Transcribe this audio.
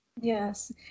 Yes